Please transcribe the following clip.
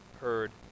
heard